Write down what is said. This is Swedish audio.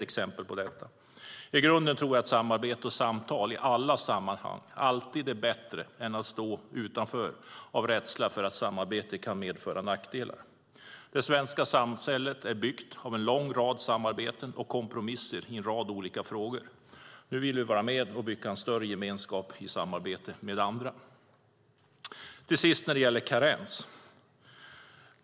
I grunden tror jag att samarbete och samtal i alla sammanhang alltid är bättre än att stå utanför av rädsla för att samarbete kan medföra nackdelar. Det svenska samhället är uppbyggt av en lång rad samarbeten och kompromisser i en rad olika frågor. Nu vill vi vara med och bygga en större gemenskap i samarbete med andra. Till sist har vi frågan om karens.